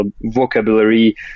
vocabulary